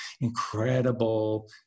incredible